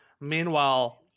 Meanwhile